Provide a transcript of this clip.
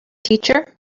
teacher